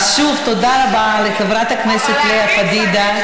אז שוב, תודה רבה לחברת הכנסת לאה פדידה.